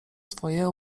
swoje